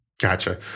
Gotcha